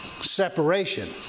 separation